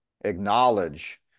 acknowledge